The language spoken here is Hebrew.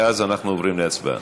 ואז אנחנו עוברים להצבעה.